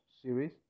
series